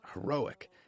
heroic